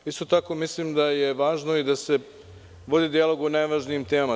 Isto tako mislim, da je važno da se vodi dijalog o najvažnijim temema.